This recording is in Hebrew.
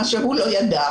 מה שהוא לא ידע,